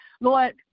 lord